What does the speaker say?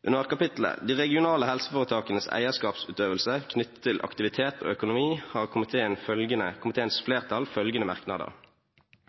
Under kapitlet De regionale helseforetakenes eierskapsutøvelse knyttet til aktivitet og økonomi har komiteen følgende